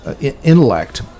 intellect